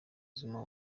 zuma